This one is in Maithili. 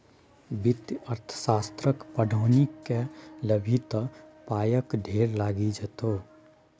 वित्तीय अर्थशास्त्रक पढ़ौनी कए लेभी त पायक ढेर लागि जेतौ